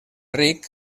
ric